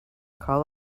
call